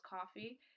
coffee